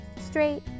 straight